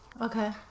okay